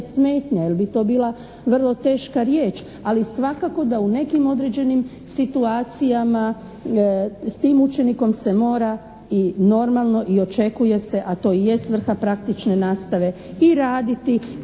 smetnja jer bi to bila vrlo teška riječ, ali svakako da u nekim određenim situacijama s tim učenikom se mora i normalno i očekuje se, a to je svrha praktične nastave i raditi